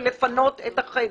ולפנות את החדר.